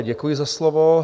Děkuji za slovo.